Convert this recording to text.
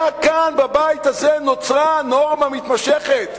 כאן, בבית הזה, נוצרה נורמה מתמשכת,